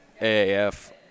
aaf